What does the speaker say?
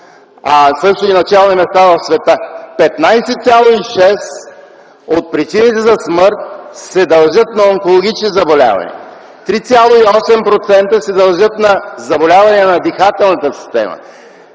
а също и на челно място в света; - 15,6% от причините за смърт се дължат на онкологични заболявания; - 3,8% се дължат на заболявания на дихателната система;